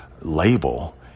label